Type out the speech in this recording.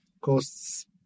costs